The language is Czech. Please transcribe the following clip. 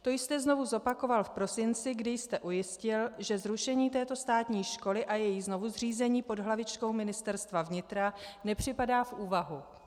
To jste znovu zopakoval v prosinci, kdy jste ujistil, že zrušení této státní školy a její znovuzřízení pod hlavičkou Ministerstva vnitra nepřipadá v úvahu.